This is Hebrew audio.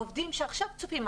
העובדים שעכשיו צריכים.